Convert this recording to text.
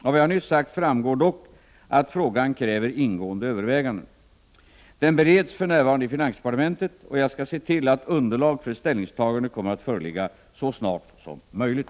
Av vad jag nyss sagt framgår dock att frågan kräver ingående överväganden. Frågan bereds för närvarande i finansdepartementet och jag skall se till att underlag för ett ställningstagande kommer att föreligga så snart som möjligt.